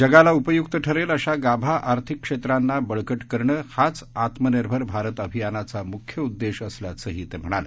जगाला उपयुक्त ठरेल अशा गाभा आर्थिक क्षेत्रांना बळकट करणं हाच आत्मनिर्भर भारत अभियानाचा मुख्य उद्देश असल्याचंही ते म्हणाले